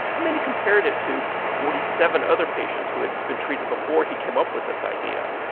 and then he compared it to forty seven other patients who had been treated before he came up with this idea.